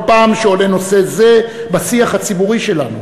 פעם שעולה נושא זה בשיח הציבורי שלנו,